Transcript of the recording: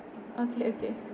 okay okay